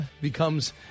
becomes